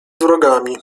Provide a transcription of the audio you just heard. wrogami